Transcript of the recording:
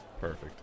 Perfect